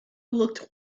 looked